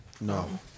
No